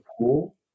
pool